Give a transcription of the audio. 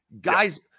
Guys